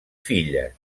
filles